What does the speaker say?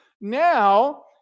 Now